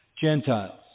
Gentiles